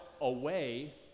away